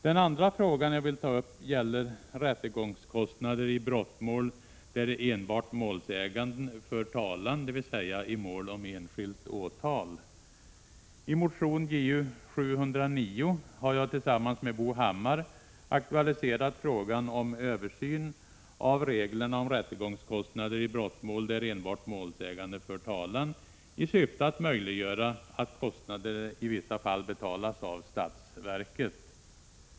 Den andra fråga jag vill ta upp gäller rättegångskostnader i brottmål där enbart målsägande för talan, dvs. i mål om enskilt åtal. I motion Ju709 har jag tillsammans med Bo Hammar aktualiserat frågan om översyn av reglerna om rättegångskostnader i brottmål där enbart målsägande för talan, i syfte att möjliggöra att kostnader i vissa fall betalas av statsverket.